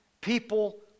People